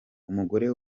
umugore